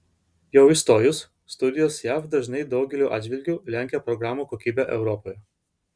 jau įstojus studijos jav dažnai daugeliu atžvilgiu lenkia programų kokybę europoje